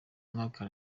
mwaka